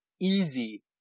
easy